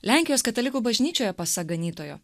lenkijos katalikų bažnyčioje pasak ganytojo